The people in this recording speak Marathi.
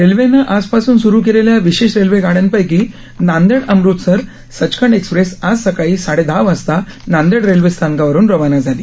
रेल्वेनं आजपासून सूरु केलेल्या विशेष रेल्वे गाड्यांपैकी नांदेड अमृतसर सचखंड एक्स्प्रेस आज सकाळी साडे दहा वाजता नांदेड रेल्वेस्थानकावरून रवाना झाली